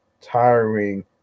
tiring